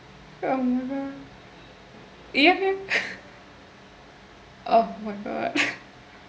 oh my god ya ya oh my god